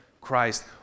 Christ